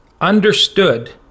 understood